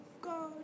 God